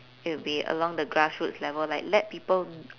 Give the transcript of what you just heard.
it'll be along the grassroots level like let people